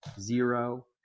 zero